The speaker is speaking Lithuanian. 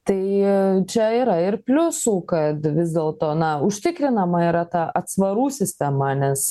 tai čia yra ir pliusų kad vis dėlto na užtikrinama yra ta atsvarų sistema nes